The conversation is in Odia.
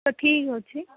ତ ଠିକ୍ ଅଛି